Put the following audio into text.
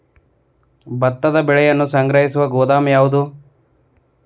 ಭತ್ತದ ಬೆಳೆಯನ್ನು ಸಂಗ್ರಹಿಸುವ ಗೋದಾಮು ಯಾವದು?